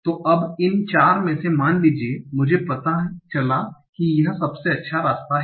तो अब इन 4 में से मान लीजिए मुझे पता चला कि यह सबसे अच्छा रास्ता है